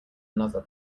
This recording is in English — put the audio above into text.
another